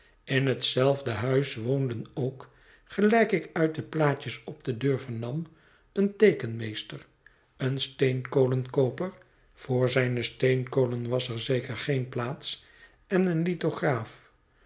in hetzelfde huis woonden ook gelijk ik uit de plaatjes op de deur vernam een teekenmeester een steenkolenkooper voor zijne steenkolen was er zeker geen plaats en een lithograaf